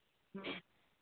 ꯎꯝ